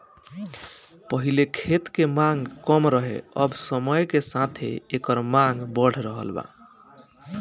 पहिले खेत के मांग कम रहे अब समय के साथे एकर मांग बढ़ रहल बा